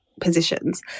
positions